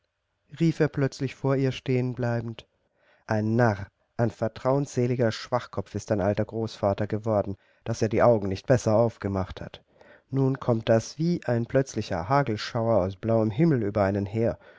rief er plötzlich vor ihr stehen bleibend ein narr ein vertrauensseliger schwachkopf ist dein alter großvater gewesen daß er die augen nicht besser aufgemacht hat nun kommt das wie ein plötzlicher hagelschauer aus blauem himmel über einen her